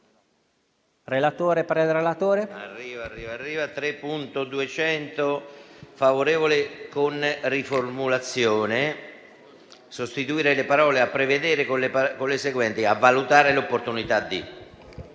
è favorevole con una riformulazione: sostituire le parole «di prevedere» con le seguenti «a valutare l'opportunità di